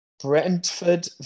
Brentford